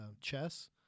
chess